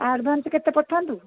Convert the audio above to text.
advance କେତେ ପଠାନ୍ତୁ